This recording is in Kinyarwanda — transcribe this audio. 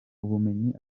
ubumenyi